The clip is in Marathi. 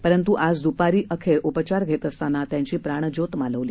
परंतु आज दुपारी अखेर उपचार घेत असताना त्याची प्राण ज्योत मालवली